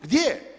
Gdje?